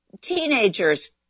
teenagers